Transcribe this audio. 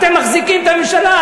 אתם מחזיקים את הממשלה,